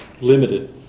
limited